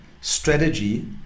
strategy